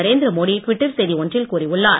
Narendra Modi Twitter செய்தி ஒன்றில் கூறியுள்ளார்